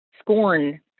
scorn